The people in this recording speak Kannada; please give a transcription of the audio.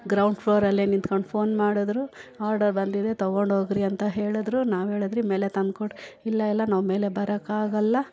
ಗ್ರೌಂಡ್ ಫ್ಲೋರಲ್ಲೇ ನಿಂತ್ಕೊಂಡ್ ಫೋನ್ ಮಾಡಿದ್ರು ಆರ್ಡರ್ ಬಂದಿದೆ ತೊಗೊಂಡೋಗ್ರಿ ಅಂತ ಹೇಳಿದ್ರು ನಾವು ಹೇಳದ್ರಿ ಮೇಲೆ ತಂದು ಕೊಡಿರಿ ಇಲ್ಲ ಇಲ್ಲ ನಾವು ಮೇಲೆ ಬರೋಕ್ಕಾಗಲ್ಲ